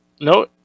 No